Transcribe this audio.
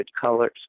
colors